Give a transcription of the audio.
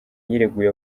yireguye